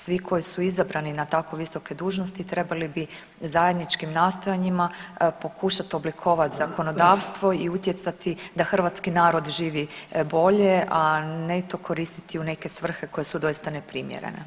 Svi koji su izabrani na tako visoke dužnosti trebali bi zajedničkim nastojanjima pokušat oblikovat zakonodavstvo i utjecati da hrvatski narod živi bolje, a ne to koristiti u neke svrhe koje su doista neprimjerene.